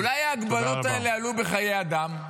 אולי ההגבלות האלה עלו בחיי אדם?